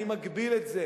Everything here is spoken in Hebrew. אני מגביל את זה,